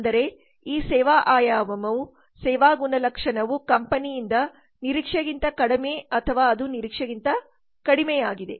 ಅಂದರೆ ಈ ಸೇವಾ ಆಯಾಮವು ಸೇವಾ ಗುಣಲಕ್ಷಣವು ಕಂಪನಿಯಿಂದ ನಿರೀಕ್ಷೆಗಿಂತ ಕಡಿಮೆ ಅಥವಾ ಅದು ನಿರೀಕ್ಷೆಗಿಂತ ಕಡಿಮೆಯಾಗಿದೆ